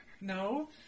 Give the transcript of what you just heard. No